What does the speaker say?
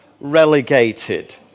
relegated